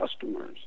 customers